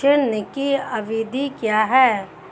ऋण की अवधि क्या है?